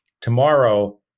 tomorrow